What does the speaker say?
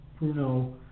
Bruno